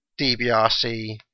DBRC